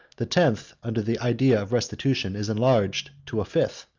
the tenth, under the idea of restitution, is enlarged to a fifth.